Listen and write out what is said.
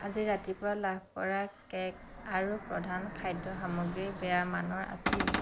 আজি ৰাতিপুৱা লাভ কৰা কে'ক আৰু প্ৰধান খাদ্য সামগ্ৰী বেয়া মানৰ আছিল